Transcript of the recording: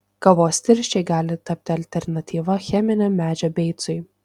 kavos tirščiai gali tapti alternatyva cheminiam medžio beicui